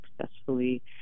successfully